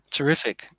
Terrific